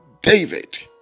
David